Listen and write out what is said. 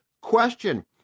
question